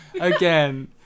Again